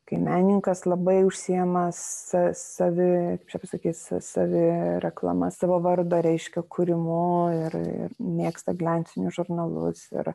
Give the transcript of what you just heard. kai menininkas labai užsiima savi visokiais savi reklama savo vardo reiškia kūrimu ir mėgsta gliansinius žurnalus ir